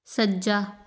ਸੱਜਾ